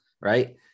Right